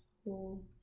school